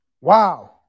wow